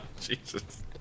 Jesus